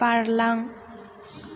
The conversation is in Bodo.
बारलां